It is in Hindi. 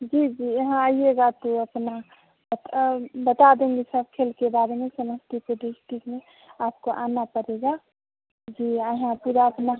जी जी यहाँ आइएगा तो अपना आपको बता देंगे सब खेल के बारे में समस्तीपुर डिस्ट्रिक्ट में आपको आना पड़ेगा जी आए हैं पूरा अपना